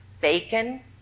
bacon